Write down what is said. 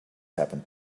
happened